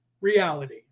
reality